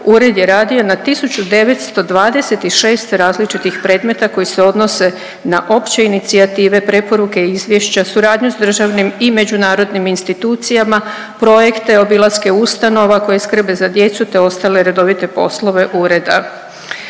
Ured je radio na tisuću 926 različitih predmeta koji se odnose na opće inicijative, preporuke i izvješća, suradnju s državnim i međunarodnim institucijama, projekte, obilaske ustanova koje skrbe za djecu te ostale redovite poslove Ureda.